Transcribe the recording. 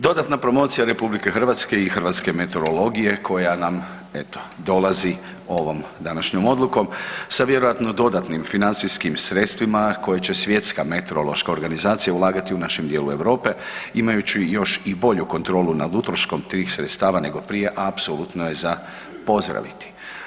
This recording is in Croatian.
Dodatna promocija RH i hrvatske meteorologije koja nam eto, dolazi ovom današnjom odlukom sa vjerojatno dodatnim financijskim sredstvima koje će Svjetska meteorološka organizacija ulagati u našem djelu Europe, imajući još i bolju kontrolu nad utroškom tih sredstava nego prije, apsolutno je za pozdraviti.